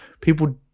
People